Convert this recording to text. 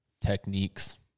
Techniques